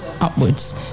upwards